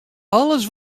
alles